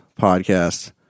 podcast